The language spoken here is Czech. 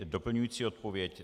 Doplňující odpověď.